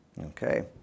Okay